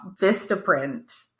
Vistaprint